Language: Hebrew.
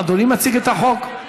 אדוני מציג את החוק?